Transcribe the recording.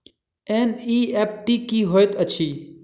NEFT की होइत अछि?